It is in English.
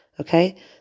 okay